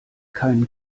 keinen